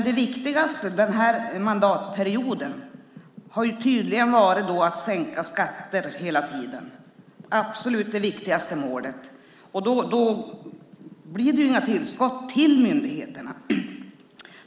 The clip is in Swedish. Det viktigaste den här mandatperioden har tydligen varit att sänka skatter hela tiden. Det är absolut det viktigaste målet. Då blir det inga tillskott till myndigheterna.